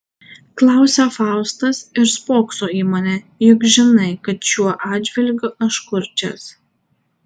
klausia faustas ir spokso į mane juk žinai kad šiuo atžvilgiu aš kurčias